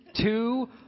two